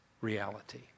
reality